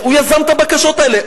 הוא יזם את הבקשות האלה,